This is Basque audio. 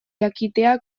jakitea